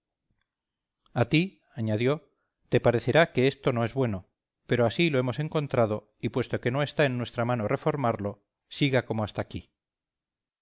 a ti añadió te parecerá que esto no es bueno pero así lo hemos encontrado y puesto que no está en nuestra mano reformarlo siga como hasta aquí